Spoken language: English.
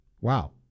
wow